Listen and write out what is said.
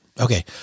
Okay